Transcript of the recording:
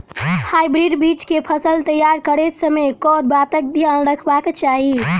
Hybrid बीज केँ फसल तैयार करैत समय कऽ बातक ध्यान रखबाक चाहि?